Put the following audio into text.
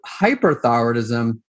hyperthyroidism